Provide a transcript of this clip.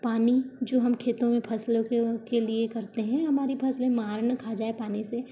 पानी जो हम खेतों में फसलों के लिए करते हैं हमारी फसलें मार ना खा जाएं पानी से